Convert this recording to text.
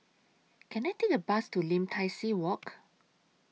Can I Take A Bus to Lim Tai See Walk